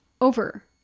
over